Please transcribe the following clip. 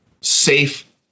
safe